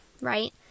Right